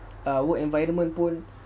work environment pun